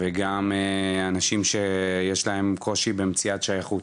וגם אנשים שיש להם קושי במציאת שייכות.